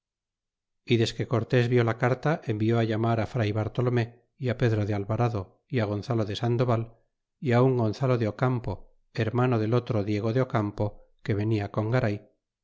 y desque cortes vió la carta envió á llamar á fr bartolome e á pedro de alvarado e á gonzalo de sandoval á un gonzalo de campo hermano del otro diego de campo que venia con garay